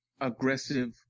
aggressive